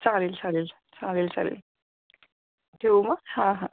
चालेल चालेल चालेल चालेल ठेऊ मग हां हां